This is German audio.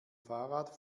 fahrrad